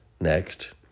Next